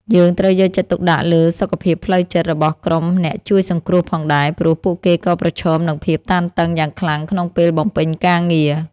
យើងត្រូវយកចិត្តទុកដាក់លើសុខភាពផ្លូវចិត្តរបស់ក្រុមអ្នកជួយសង្គ្រោះផងដែរ ព្រោះពួកគេក៏ប្រឈមនឹងភាពតានតឹងយ៉ាងខ្លាំងក្នុងពេលបំពេញការងារ។